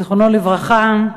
זיכרונו לברכה,